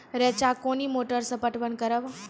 रेचा कोनी मोटर सऽ पटवन करव?